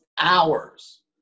hours